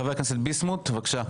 חבר הכנסת ביסמוט, בבקשה.